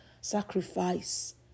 sacrifice